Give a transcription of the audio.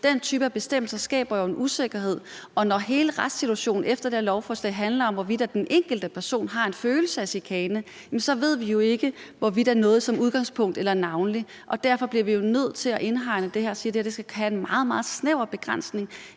Den type bestemmelser skaber en usikkerhed, og når hele retssituationen efter det her lovforslag handler om, hvorvidt den enkelte person har en følelse af chikane, ved vi jo ikke, hvorvidt noget er »som udgangspunkt« eller »navnlig«. Derfor bliver vi nødt til at indhegne det her og sige, at det skal have en meget, meget snæver begrænsning